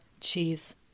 cheese